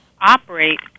operate